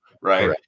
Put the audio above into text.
right